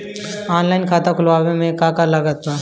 Online खाता खुलवावे मे का का लागत बा?